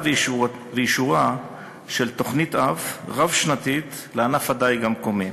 ולאישורה של תוכנית-אב רב-שנתית לענף הדיג המקומי.